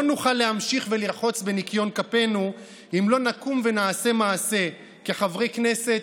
לא נוכל להמשיך ולרחוץ בניקיון כפינו אם לא נקום ונעשה מעשה כחברי כנסת,